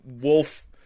wolf